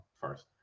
first